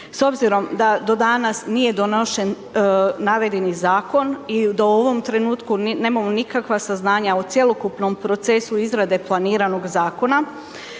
S obzirom da do danas nije donošen navedeni zakon i da u ovom trenutku nemamo nikakva saznanja o cjelokupnom procesu izrade planiranog zakona,